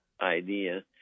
idea